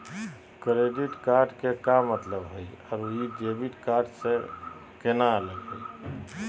Credit card के का मतलब हई अरू ई डेबिट कार्ड स केना अलग हई?